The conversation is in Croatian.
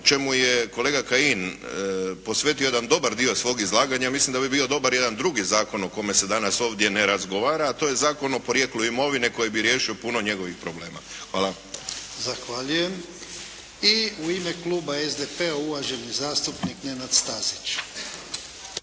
čemu je kolega Kajin posvetio jedan dobar dio svog izlaganja, mislim da bi bio dobar jedan drugi zakon o kome se danas ovdje ne razgovara, a to je Zakon o porijeklu imovine koji bi riješio puno njegovih problema. Hvala. **Jarnjak, Ivan (HDZ)** Zahvaljujem. I u ime kluba SDP-a, uvaženi zastupnik Nenad Stazić.